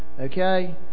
Okay